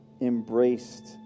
embraced